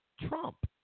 Trump